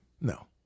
no